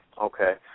Okay